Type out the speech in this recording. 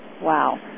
Wow